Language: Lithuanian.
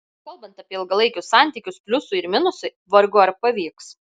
kalbant apie ilgalaikius santykius pliusui ir minusui vargu ar pavyks